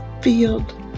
field